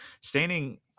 standing